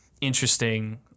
interesting